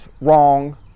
Wrong